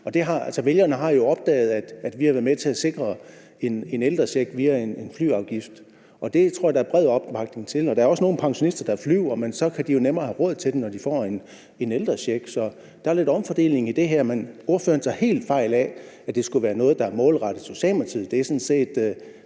vælgerne har jo opdaget, at vi har været med til at sikre en ældrecheck via en flyafgift, og det tror jeg der er bred opbakning til. Der er også nogle pensionister, der flyver, men så kan de jo nemmere have råd til det, når de får en ældrecheck. Så der er lidt omfordeling i det her. Men ordføreren tager helt fejl af, at det skulle være noget, der er målrettet